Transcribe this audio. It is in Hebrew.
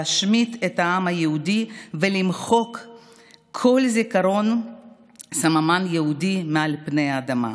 להשמיד את העם היהודי ולמחוק כל זיכרון לסממן יהודי מעל פני האדמה.